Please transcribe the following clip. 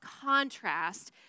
contrast